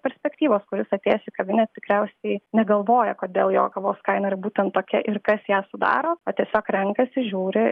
perspektyvos kuris atėjęs į kavinę tikriausiai negalvoja kodėl jo kavos kaina yra būtent tokia ir kas ją sudaro o tiesiog renkasi žiūri